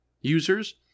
users